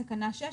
תקנה 6,